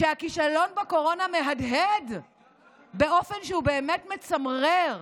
כשהכישלון בקורונה מהדהד באופן שהוא באמת מצמרר,